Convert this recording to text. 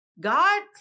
God